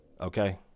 Okay